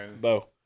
Bo